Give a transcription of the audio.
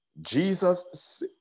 Jesus